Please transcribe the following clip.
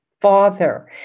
father